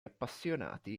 appassionati